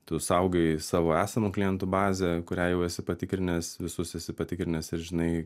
tu saugai savo esamų klientų bazę kurią jau esi patikrinęs visus esi patikrinęs ir žinai